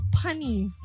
punny